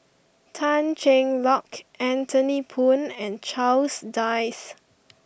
Tan Cheng Lock Anthony Poon and Charles Dyce